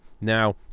now